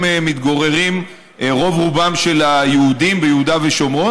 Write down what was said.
מתגוררים רוב-רובם של היהודים באזור יהודה ושומרון,